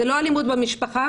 זאת לא אלימות במשפחה.